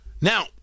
Now